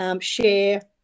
share